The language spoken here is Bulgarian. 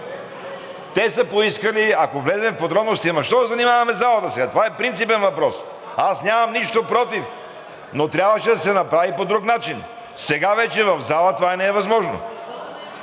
Те са поискали, ако влезе в подробности, ама защо да занимаваме залата сега, това е принципен въпрос. Аз нямам нищо против, но трябваше да се направи по друг начин. Сега вече в залата това не е възможно.